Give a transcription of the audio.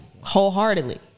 wholeheartedly